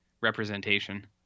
representation